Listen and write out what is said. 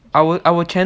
our our